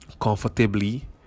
comfortably